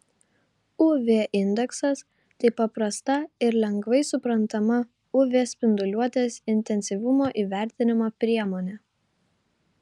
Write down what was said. uv indeksas tai paprasta ir lengvai suprantama uv spinduliuotės intensyvumo įvertinimo priemonė